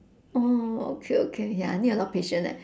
oh okay okay ya need a lot patience eh